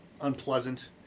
unpleasant